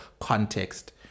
context